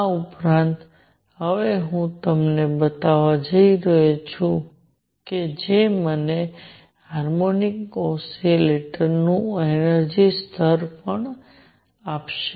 આ ઉપરાંત હવે હું તમને બતાવવા જઈ રહ્યો છું જે મને હાર્મોનિક ઓસિલેટરનું એનર્જિ સ્તર પણ આપશે